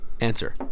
Answer